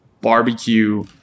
barbecue